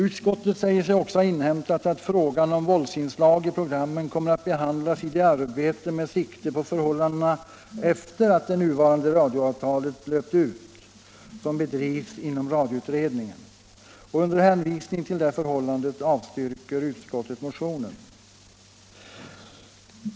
Utskottet säger sig också ha inhämtat att frågan om våldsinslag i programmen kommer att behandlas i det arbete med sikte på förhållandena efter att det nuvarande radioavtalet löpt ut som bedrivs inom radioutredningen, och under hänvisning till det förhållandet avstyrker utskottet motionen.